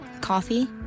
Coffee